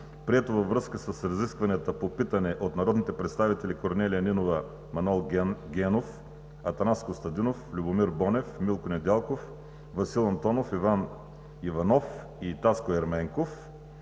прието във връзка с разискванията по питане от народните представители Корнелия Нинова, Манол Генов, Атанас Костадинов, Любомир Бонев, Милко Недялков, Васил Антонов, Иван Иванов и Таско Ерменков,